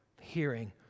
hearing